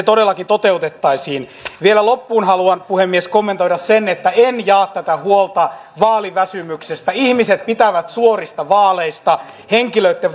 todellakin toteutettaisiin vielä loppuun haluan puhemies kommentoida että en jaa tätä huolta vaaliväsymyksestä ihmiset pitävät suorista vaaleista henkilöitten